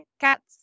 Cats